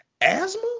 Asthma